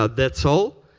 ah that's all.